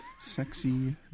Sexy